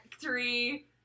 three